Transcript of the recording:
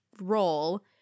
role